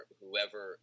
whoever